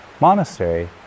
monastery